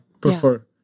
prefer